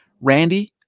Randy